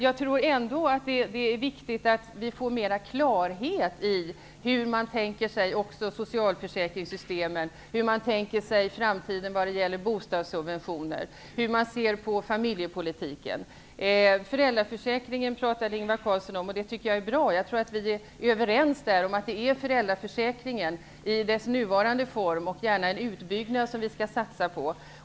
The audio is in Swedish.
Jag tror emellertid att det är viktigt att vi får mer klarhet i hur man tänker sig socialförsäkringssystemet, hur man tänker sig framtiden när det gäller bostadssubventioner och hur man ser på familjepolitiken. Ingvar Carlsson talade om föräldraförsäkringen, vilket jag tycker är bra. Jag tror att vi är överens om att det är föräldraförsäkringen i dess nuvarande form, och gärna en utbyggnad, som vi skall satsa på.